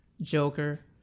Joker